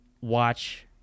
watch